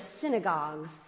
synagogues